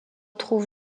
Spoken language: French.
trouve